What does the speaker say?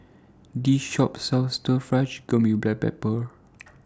This Shop sells Stir Fry Chicken with Black Pepper